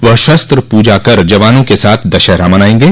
वह शस्त्र पूजा कर जवानों के साथ दशहरा मनाएंगे